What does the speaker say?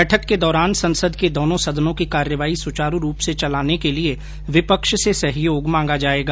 बैठक के दौरान संसद के दोनों सदनों की कार्यवाही सुचारू रूप से चलाने के लिए विपक्ष से सहयोग मांगा जाएगा